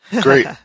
Great